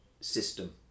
system